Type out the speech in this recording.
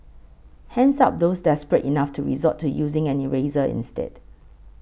hands up those desperate enough to resort to using an eraser instead